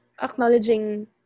acknowledging